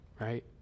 right